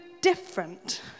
different